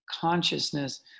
consciousness